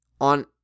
on